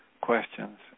questions